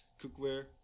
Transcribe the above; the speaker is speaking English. cookware